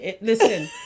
listen